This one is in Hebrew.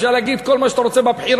אפשר להגיד כל מה שאתה רוצה בבחירות,